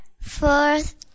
Fourth